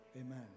Amen